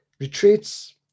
retreats